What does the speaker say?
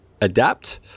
adapt